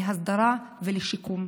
להסדרה ולשיקום.